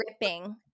ripping